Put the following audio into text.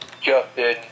Justin